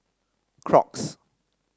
Crocs